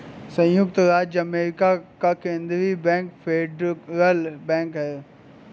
सयुक्त राज्य अमेरिका का केन्द्रीय बैंक फेडरल बैंक है